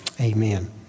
Amen